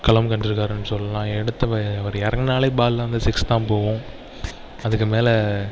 களம் கண்டிருக்காருன்னு சொல்லலாம் எடுத்த அவர் இறங்குனாலே பால்லாம் வந்து சிக்ஸ் தான் போகும் அதுக்கு மேல்